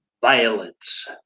violence